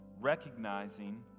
recognizing